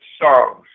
songs